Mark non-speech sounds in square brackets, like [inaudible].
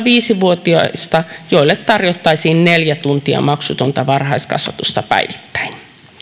[unintelligible] viisi vuotiaista joille tarjottaisiin neljä tuntia maksutonta varhaiskasvatusta päivittäin